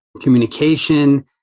communication